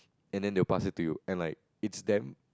and then they will pass it to you and like it's damn